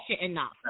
enough